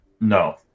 No